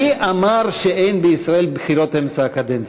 מי אמר שאין בישראל בחירות אמצע הקדנציה?